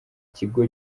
kigo